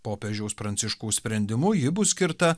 popiežiaus pranciškaus sprendimu ji bus skirta